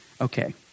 Okay